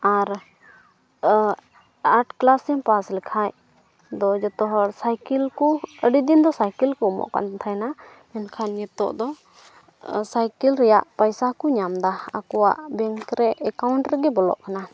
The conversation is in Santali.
ᱟᱨ ᱟᱴᱷ ᱠᱞᱟᱥ ᱮᱢ ᱯᱟᱥ ᱞᱮᱠᱷᱟᱱ ᱫᱚ ᱡᱚᱛᱚ ᱦᱚᱲ ᱥᱟᱭᱠᱮᱞ ᱠᱚ ᱟᱹᱰᱤ ᱫᱤᱱ ᱫᱚ ᱥᱟᱭᱠᱮᱞ ᱠᱚ ᱮᱢᱚᱜ ᱠᱟᱱ ᱛᱟᱦᱮᱱᱟ ᱢᱮᱱᱠᱷᱟᱱ ᱱᱤᱛᱚᱜ ᱫᱚ ᱥᱟᱭᱠᱮᱞ ᱨᱮᱭᱟᱜ ᱯᱚᱭᱥᱟ ᱠᱚ ᱧᱟᱢᱫᱟ ᱟᱠᱚᱣᱟᱜ ᱵᱮᱝᱠ ᱨᱮ ᱮᱠᱟᱣᱩᱱᱴ ᱨᱮᱜᱮ ᱵᱚᱞᱚᱜ ᱠᱟᱱᱟ